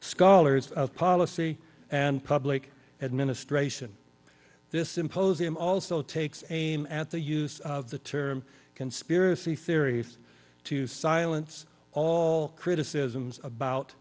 scholars of policy and public administration this symposium also takes aim at the use of the term conspiracy theories to silence all criticisms about